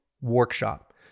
workshop